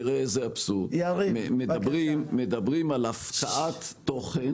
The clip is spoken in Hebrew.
תראה איזה אבסורד מדברים על הפקעת תוכן